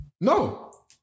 No